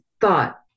thought